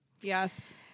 Yes